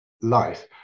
life